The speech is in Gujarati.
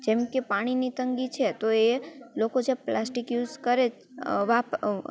જેમ કે પાણીની તંગી છે તો એ લોકો જે પ્લાસ્ટિક યુસ કરે